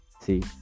see